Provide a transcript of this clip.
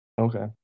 Okay